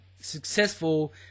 successful